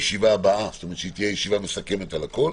הבאה, שהיא תהיה ישיבה מסכמת על הכול.